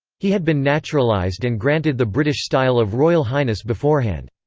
he had been naturalised and granted the british style of royal highness beforehand.